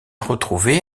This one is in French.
retrouvé